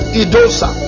idosa